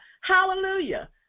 Hallelujah